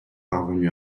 parvenus